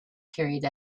carried